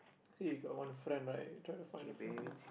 see you got one friend right trying to find a friend there